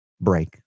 break